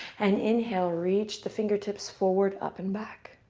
and inhale. reach the fingertips forward, up and back.